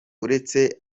uretse